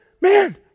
Man